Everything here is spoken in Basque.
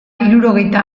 hirurogeita